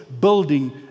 building